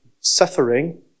suffering